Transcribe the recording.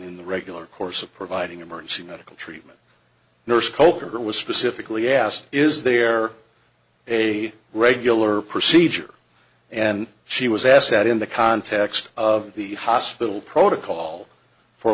in the regular course of providing emergency medical treatment nurse kolker who was specifically asked is there a regular procedure and she was asked that in the context of the hospital protocol for